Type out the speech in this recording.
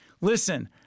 listen